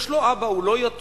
יש לו אבא, הוא לא יתום.